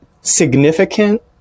significant